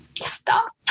stop